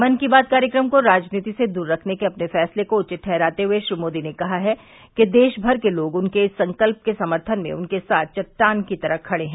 मन की बात कार्यक्रम को राजनीति से दूर स्खने के अपने फैसले को उवित ठहराते हुए श्री मोदी ने कहा है कि देश भर के लोग उनके इस संकल्प के सम्थन में उनके साथ चट्टान की तरह खड़े हैं